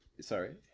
Sorry